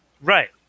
Right